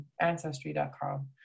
Ancestry.com